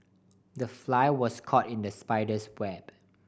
the fly was caught in the spider's web